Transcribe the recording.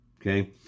Okay